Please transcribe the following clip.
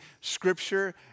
Scripture